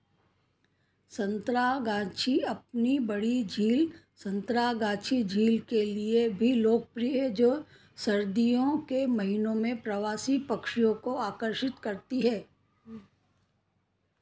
संतरागाछी अपनी बड़ी झील संतरागाछी झील के लिए भी लोकप्रिय है जो सर्दियों के महीनों में प्रवासी पक्षियों को आकर्षित करती है